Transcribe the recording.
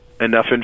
enough